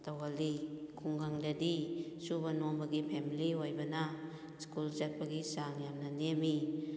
ꯇꯧꯍꯜꯂꯤ ꯈꯨꯡꯒꯪꯗꯗꯤ ꯁꯨꯕ ꯅꯣꯝꯕꯒꯤ ꯐꯦꯃꯤꯂꯤ ꯑꯣꯏꯕꯅ ꯁ꯭ꯀꯨꯜ ꯆꯠꯄꯒꯤ ꯆꯥꯡ ꯌꯥꯝꯅ ꯅꯦꯝꯃꯤ